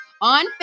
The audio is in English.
on